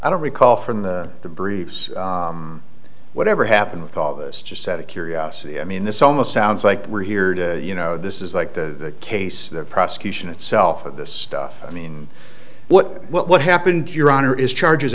i don't recall from the bruce whatever happened with all this just set of curiosity i mean this almost sounds like we're here to you know this is like the case the prosecution itself of this stuff i mean what what happened to your honor is charges